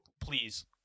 please